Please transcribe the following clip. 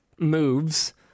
Moves